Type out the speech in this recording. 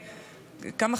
כמה,